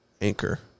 Anchor